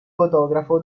fotografo